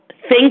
Thank